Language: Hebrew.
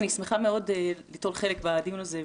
אני שמחה מאוד ליטול חלק בדיון הזה,